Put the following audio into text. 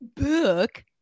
book